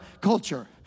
culture